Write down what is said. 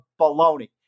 baloney